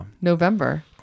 November